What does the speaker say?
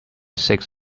six